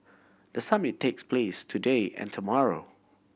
the summit takes place today and tomorrow